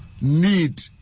need